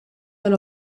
tal